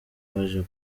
waje